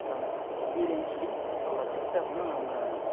ரொம்ப முடியலேன்னு சொல்லி விட்ற கூடாது விட்டால் அப்பின்னா நம்ம